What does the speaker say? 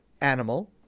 animal